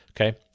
Okay